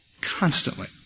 constantly